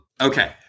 Okay